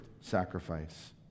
sacrifice